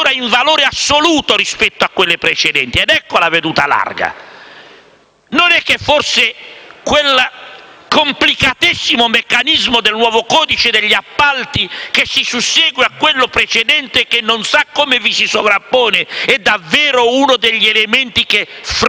addirittura in valore assoluto, rispetto a quelle precedenti. Ed ecco la veduta larga: non è che forse quel complicatissimo meccanismo del nuovo codice degli appalti, che si sussegue a quello precedente e che non si sa come vi si sovrappone, è davvero uno degli elementi che frena